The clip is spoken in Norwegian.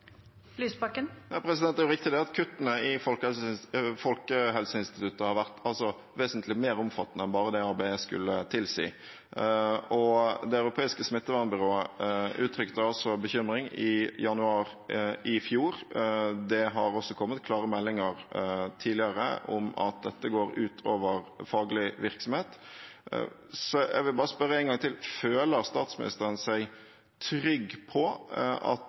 Lysbakken – til oppfølgingsspørsmål. Det er riktig at kuttene i Folkehelseinstituttet har vært vesentlig mer omfattende enn bare det arbeidet skulle tilsi. Det europeiske smittevernbyrået uttrykte bekymring i januar i fjor. Det har også kommet klare meldinger tidligere om at dette går ut over faglig virksomhet. Jeg vil bare spørre en gang til: Føler statsministeren seg trygg på at